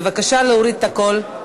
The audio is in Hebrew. בבקשה להוריד את הקול.